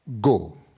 go